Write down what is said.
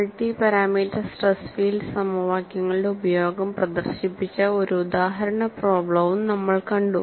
multi parameter stress field സമവാക്യങ്ങളുടെ ഉപയോഗം പ്രദർശിപ്പിച്ച ഒരു ഉദാഹരണ പ്രോബ്ലെവും നമ്മൾ കണ്ടു